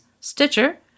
Stitcher